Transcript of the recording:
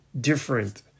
different